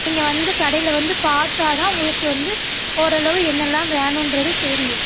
நீங்கள் வந்து கடையில் வந்து பார்த்தாதான் உங்களுக்கு வந்து ஓரளவு என்னெல்லாம் வேணுங்றது தெரியும்